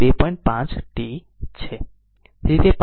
75 10 e power 2